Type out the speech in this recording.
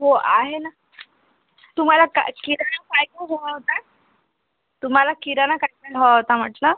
हो आहे ना तुम्हाला का किराणा काय काय हवा होता तुम्हाला किराणा काय काय हवा होता म्हटलं